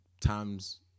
times